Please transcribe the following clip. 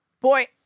Boy